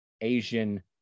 Asian